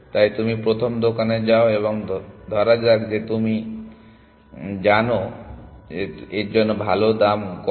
তাই তুমি প্রথম দোকানে যাও এবং ধরে যাক যে আমি জানি না তোমাদের জন্য ভাল দাম কি কত